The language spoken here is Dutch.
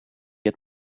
het